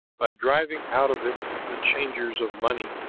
by driving out of it the changers of money,